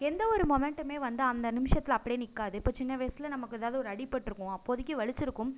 எந்த ஒரு மொமெண்ட்டுமே வந்து அந்த நிமிஷத்தில் அப்படியே நிற்காது இப்போ சின்ன வயசில் நமக்கு ஏதாவது ஒரு அடிபட்டிருக்கும் அப்போதைக்கு வலித்திருக்கும்